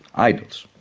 idols.